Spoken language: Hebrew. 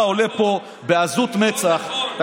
אתה עולה לפה, בעזות מצח, לא נכון.